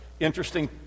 interesting